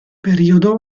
periodo